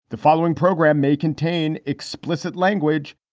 the following program may contain explicit language.